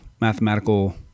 mathematical